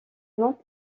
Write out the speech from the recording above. long